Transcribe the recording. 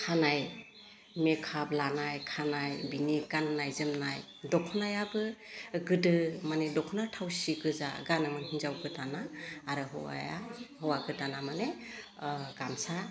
खानाय मेकाप लानाय खानाय बिनि गान्नाय जोमनाय दख'नायाबो गोदो माने दख'ना थावसि गोजा गानोमोन हिन्जाव गोदाना आरो हौवाया हौवा गोदाना माने गामसा